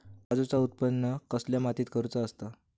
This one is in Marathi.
काजूचा उत्त्पन कसल्या मातीत करुचा असता?